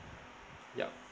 yup